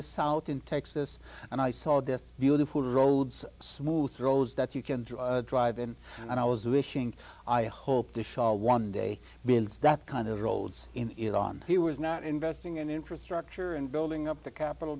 the south in texas and i saw this beautiful roads smooth throws that you can drive in and i was wishing i hope to show one day bins that kind of roads in it on he was not investing in infrastructure and building up the capital